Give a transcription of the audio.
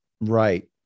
Right